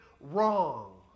wrong